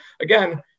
again